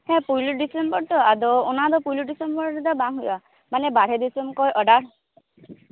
ᱦᱮᱸ ᱯᱳᱭᱞᱳ ᱰᱤᱥᱮᱢᱵᱚᱨ ᱫᱚ ᱟᱫᱚ ᱚᱱᱟᱫᱚ ᱯᱳᱭᱞᱳ ᱰᱤᱥᱮᱢᱵᱚᱨ ᱨᱮᱫᱟ ᱵᱟᱝ ᱦᱳᱭᱳᱜᱼᱟ ᱢᱟᱱᱮ ᱵᱟᱦᱨᱮ ᱫᱤᱥᱟᱹᱢ ᱠᱷᱚᱭ ᱚᱰᱟᱨ